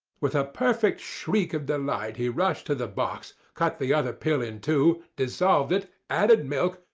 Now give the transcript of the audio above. with a perfect shriek of delight he rushed to the box, cut the other pill in two, dissolved it, added milk,